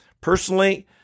personally